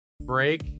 break